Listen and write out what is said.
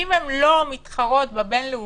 אם הן לא מתחרות בבין-לאומי,